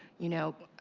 you know,